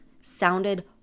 sounded